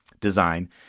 design